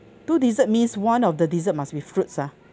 two dessert means one of the desserts must be fruits ah